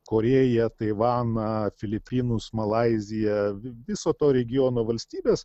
korėją taivaną filipinus malaiziją viso to regiono valstybes